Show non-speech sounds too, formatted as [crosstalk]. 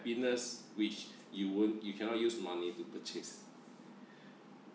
which you won't you cannot use money to purchase [breath]